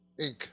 Inc